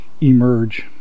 emerge